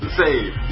save